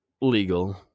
legal